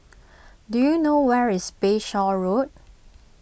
do you know where is Bayshore Road